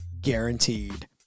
guaranteed